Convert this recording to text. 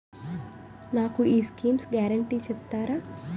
నాకు ఈ schemes guarantee చెప్తారా?